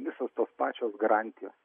visos tos pačios garantijos